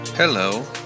Hello